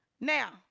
now